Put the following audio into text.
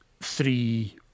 three